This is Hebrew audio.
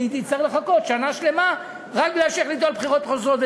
היא תצטרך לחכות שנה שלמה רק כי החליטו על בחירות חוזרות.